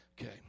Okay